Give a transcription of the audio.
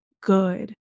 good